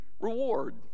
reward